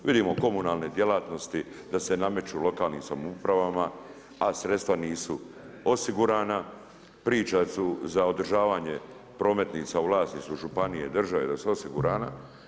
Vidimo komunalne djelatnosti da se nameću lokalnim samoupravama a sredstva nisu osigurana, priča su za održavanje prometnica u vlasništvu županije, države, da su osigurana.